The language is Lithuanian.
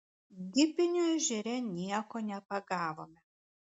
gipinio ežere nieko nepagavome